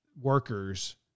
workers